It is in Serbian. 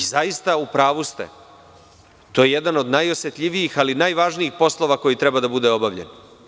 Zaista ste u pravu – to jeste jedan od najosetljivijih ali i najvažnijih poslova koji treba da bude obavljen.